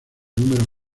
números